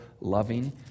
loving